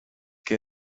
que